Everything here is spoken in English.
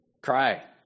Cry